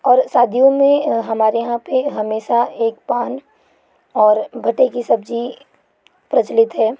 और शादियों में हमारे यहाँ पर हमेशा एक पान और गट्टे की सब्जी प्रचलित हैं